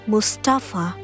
Mustafa